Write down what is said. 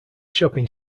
shopping